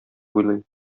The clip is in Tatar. уйлый